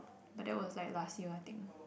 but that was like last year I think